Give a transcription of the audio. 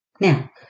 Now